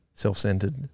self-centered